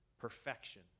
Perfection